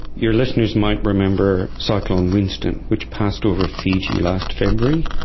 your listeners might remember cyclone winston, which passed over fiji last february,